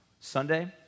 Sunday